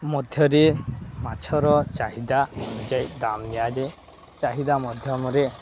ମଧ୍ୟରେ ମାଛର ଚାହିଦା ଅନୁଯାୟୀ ଦାମ ନିିଆଯାଏ ଚାହିଦା ମାଧ୍ୟମରେ